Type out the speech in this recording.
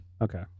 Okay